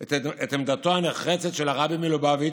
את עמדתו הנחרצת של הרבי מלובביץ'